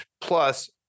plus